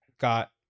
got